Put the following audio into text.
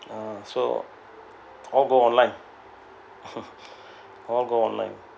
uh so all go online all go online